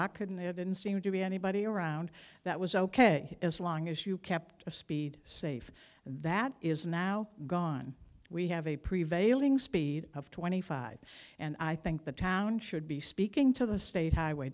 doc couldn't have been seen to be anybody around that was ok as long as you kept a speed safe that is now gone we have a prevailing speed of twenty five and i think the town should be speaking to the state highway